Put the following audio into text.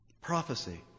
Prophecy